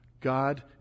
God